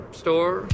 store